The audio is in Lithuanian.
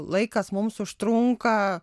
laikas mums užtrunka